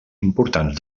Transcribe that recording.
importants